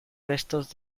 restos